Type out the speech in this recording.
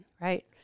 Right